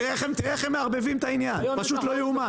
תראה איך הם מערבבים את העניין, פשוט לא יאומן.